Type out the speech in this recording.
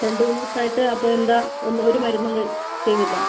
രണ്ട് മൂന്ന് ദിവസമായിട്ട് അപ്പോൾ എന്താ ഒരു മരുന്നും ചെയ്തില്ല